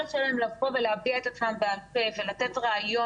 היכולת שלהם לבוא ולהביע את עצמם בעל-פה ולתת רעיון